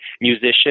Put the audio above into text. musician